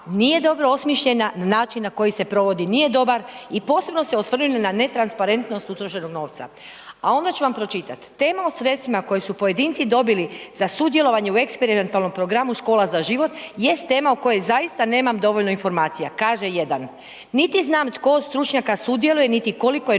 nije dobro osmišljena, način na koji se provodi nije dobar i posebno se osvrnuli na netransparentnost utrošenog novca. A onda ću vam pročitat, tema o sredstvima koja su pojedinci dobili za sudjelovanje u eksperimentalnom programu „Škola za život“ jest tema o kojoj zaista nemam dovoljno informacija, kaže jedan, niti znam tko od stručnjaka sudjeluje, niti koliko je